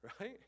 right